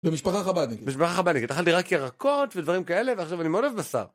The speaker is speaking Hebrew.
במשפחה חב"דניקית. במשפחה חב"דניקית, אכלתי רק ירקות ודברים כאלה, ועכשיו אני מאוד אוהב בשר.